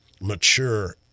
mature